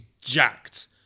jacked